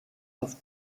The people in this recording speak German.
auf